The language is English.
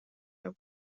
are